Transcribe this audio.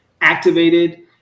activated